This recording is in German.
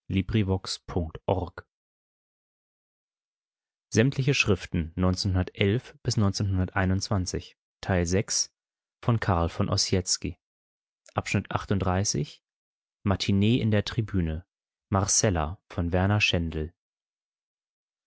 in der tribüne